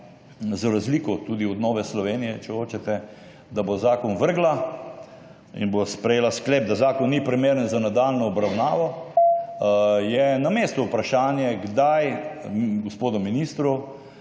za razliko tudi od Nove Slovenije, če hočete, da bo zakon vrgla in bo sprejela sklep, da zakon ni primeren za nadaljnjo obravnavo, je na mestu vprašanje gospodu ministru,